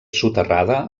soterrada